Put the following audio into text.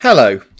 Hello